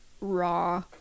raw